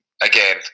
again